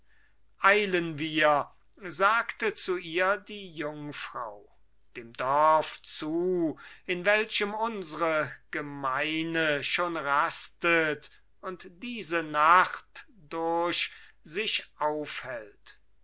eilen wir sagte zu ihr die jungfrau dem dorf zu in welchem unsre gemeine schon rastet und diese nacht durch sich aufhält